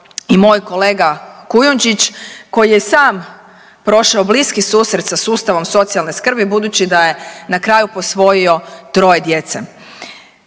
i moj kolega Kujundžić koji je i sam prošao bliski susret sa sustavom socijalne skrbi budući da je na kraju posvojio troje djece.